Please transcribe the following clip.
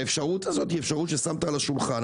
האפשרות הזאת היא אפשרות ששמת על השולחן.